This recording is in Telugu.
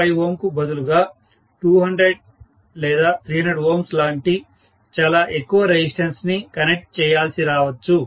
5 Ω కు బదులుగా 200 300 Ω లాంటి చాలా ఎక్కువ రెసిస్టెన్స్ ని కనెక్ట్ చేయాల్సి రావచ్చు